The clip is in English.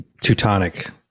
Teutonic